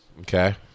Okay